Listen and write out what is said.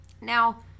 Now